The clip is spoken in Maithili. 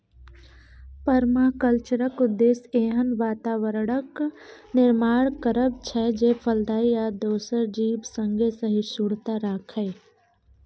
परमाकल्चरक उद्देश्य एहन बाताबरणक निर्माण करब छै जे फलदायी आ दोसर जीब संगे सहिष्णुता राखय